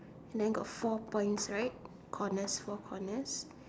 and then got four points right on the four corners